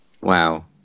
Wow